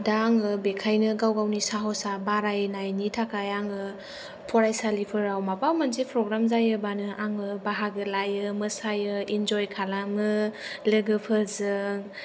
दा आङो बेखायनो गाव गावनि साहसा बारायनायनि थाखाय आङो फरायसालिफोराव माबा मोनसे प्रग्राम जायोब्लानो आङो बाहागो लायो मोसायो इन्जय खालामो लोगोफोरजों